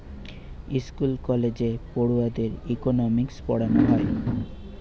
school কলেজে পড়ুয়াদের economics পোড়ানা হয়